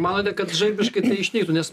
manote kad žaibiškai išnyktų nes